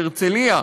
בהרצליה,